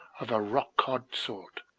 of a rock-cod sort,